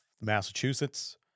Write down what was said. Massachusetts